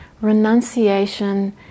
renunciation